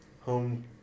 home